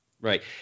right